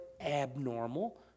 abnormal